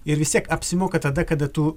ir vis tiek apsimoka tada kada tu